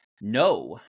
No